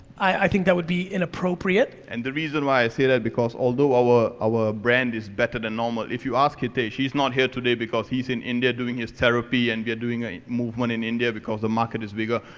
i think that would be inappropriate. and the reason why i say that, because although our our brand is better than normal, if you ask hitesh, he's not here today because he's in india doing his therapy and we are doing a movement in india because the market is bigger,